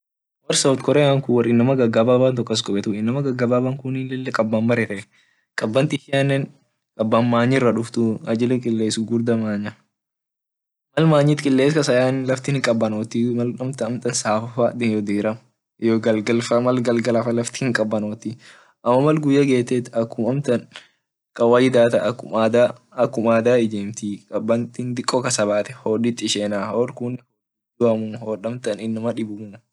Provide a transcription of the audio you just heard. Wor south korea inama gagababa inama lila kaban baretee kaban ishiane kaban manyira duftuu ajili kiles guduo manya mal manyit kilesi kasayaine lafti hinkabanoti mal amtan safoo faa iyo diram iyo galgalfaa mal laf lafti hinkabanotii amo mal guya gete akum amtan akum kawaida ijemtii kaban tun kasabate hodit ishena hod amtan inama dibumuu.